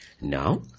Now